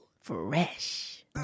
Fresh